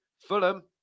Fulham